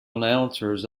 announcers